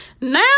now